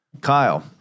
Kyle